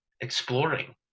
exploring